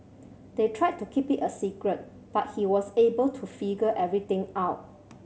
they tried to keep it a secret but he was able to figure everything out